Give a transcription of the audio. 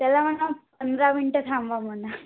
त्याला म्हणावं पंधरा मिनिटं थांबा म्हणा